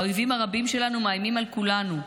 האויבים הרבים שלנו מאיימים על כולנו,